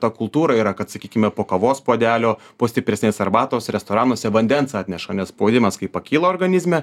ta kultūra yra kad sakykime po kavos puodelio po stipresnės arbatos restoranuose vandens atneša nes spaudimas kai pakyla organizme